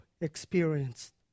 experienced